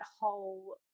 whole